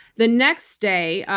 the next day,